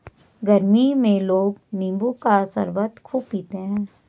गरमी में लोग नींबू का शरबत खूब पीते है